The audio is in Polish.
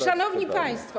Szanowni Państwo!